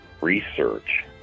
research